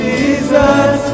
Jesus